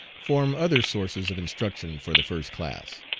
form other sources of instruction for the first class.